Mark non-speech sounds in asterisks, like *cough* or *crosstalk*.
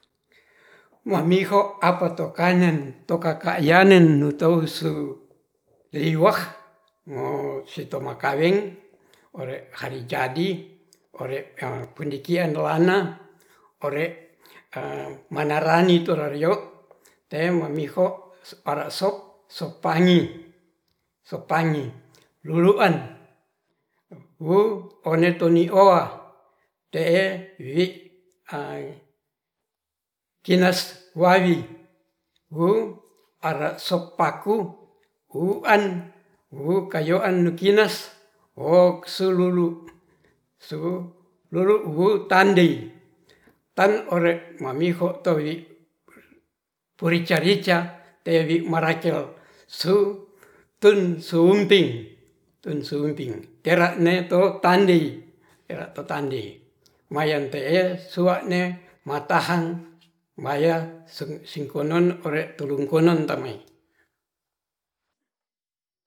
Mamiho apato kangen to kaka yanen nutou suu liwahk mo sitoma kaweng ore hari jadi ore pendikian rohana or *hesitation* manarani tororio te mamiho ara sop sop pangi, sop pangi luluan wuu one tonioa te'e wii *hesitation* kinas wawi wuu are sop paku wu'uan wukayoan nu kinas woo sururu su ruru wu tandei, tan ore mamiho toi rica-rica tewi marakel sop tun suwunting. tun suwuting tera neto tandei, tera to tandei mayen te'e suane matahang maya sun singkonon ore turungkunun tamae.